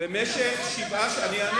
היא עושה?